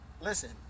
listen